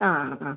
ആ ആ ആ